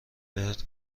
بهت